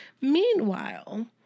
Meanwhile